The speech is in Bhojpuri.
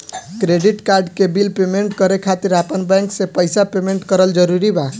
क्रेडिट कार्ड के बिल पेमेंट करे खातिर आपन बैंक से पईसा पेमेंट करल जरूरी बा?